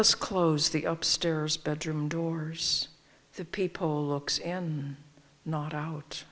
us close the up stairs bedroom doors the people look and not out